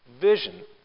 vision